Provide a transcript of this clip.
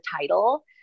title